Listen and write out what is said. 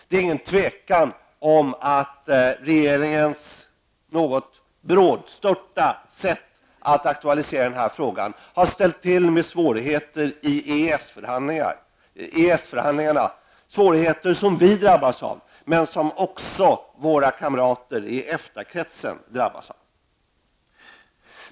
Det är inget tvivel om att regeringens sätt att något brådstörtat aktualisera denna fråga har ställt till med svårigheter i EES-förhandlingarna, svårigheter som vi i Sverige drabbas av men som också våra kamrater i EFTA-kretsen drabbas av.